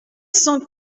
cent